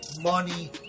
money